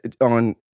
on